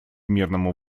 мирному